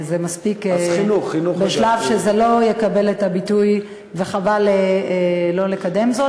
זה בשלב שזה לא יקבל את הביטוי, וחבל לא לקדם זאת.